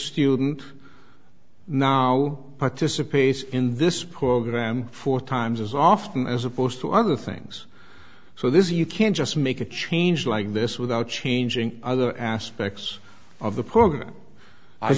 student now participates in this program four times as often as opposed to other things so this you can't just make a change like this without changing other aspects of the program